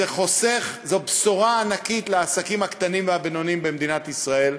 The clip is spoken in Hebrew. זו בשורה ענקית לעסקים הקטנים והבינוניים במדינת ישראל,